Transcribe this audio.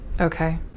Okay